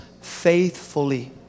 faithfully